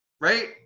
right